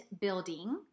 building